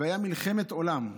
והייתה מלחמת עולם.